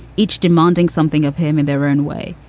each demanding something of him in their own way.